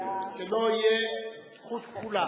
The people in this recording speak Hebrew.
שלו תהיה זכות כפולה.